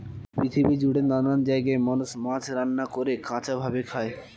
পৃথিবী জুড়ে নানান জায়গায় মানুষ মাছ রান্না করে, কাঁচা ভাবে খায়